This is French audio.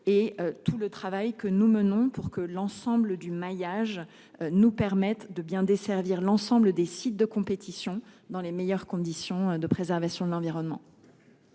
et tout le travail que nous menons pour que l'ensemble du maillage nous permettent de bien desservir l'ensemble des sites de compétition dans les meilleures conditions de préservation de l'environnement.